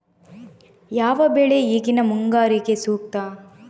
ಯಾವ ಬೆಳೆ ಈಗಿನ ಮುಂಗಾರಿಗೆ ಸೂಕ್ತ?